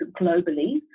globally